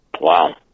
Wow